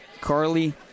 Carly